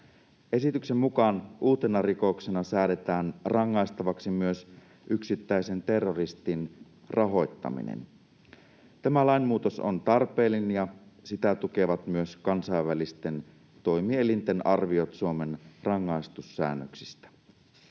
Esityksen mukaan uutena rikoksena säädetään rangaistavaksi myös yksittäisen terroristin rahoittaminen. Tämä lainmuutos on tarpeellinen, ja sitä tukevat myös kansainvälisten toimielinten arviot Suomen rangaistussäännöksistä.